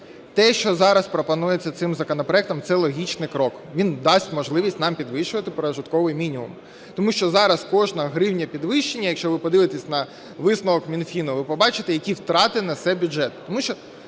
Те, що зараз пропонується цим законопроектом – це логічний крок. Він дасть можливість нам підвищувати прожитковий мінімум, тому що зараз кожна гривня підвищення, якщо ви подивитесь на висновок Мінфіну, ви побачите, які втрати несе бюджет.